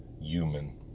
human